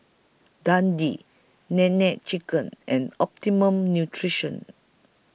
Dundee Nene Chicken and Optimum Nutrition